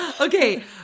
Okay